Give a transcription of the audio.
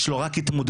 יש לו רק התמודדות.